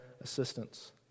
assistance